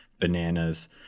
bananas